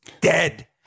Dead